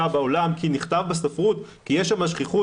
בעולם כי נכתב בספרות כי יש שם שכיחות,